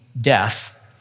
death